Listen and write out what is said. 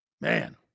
Man